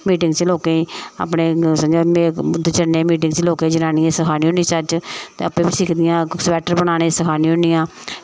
meeting च लोकें ई अपने जन्ने मीटिंग च लोकें ई जनानियें ई सखानी होनी चज्ज ते आपें बी सिखदियां स्वेटर बनाने सखानी होनी आं